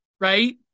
Right